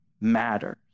matters